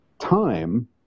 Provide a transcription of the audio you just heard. time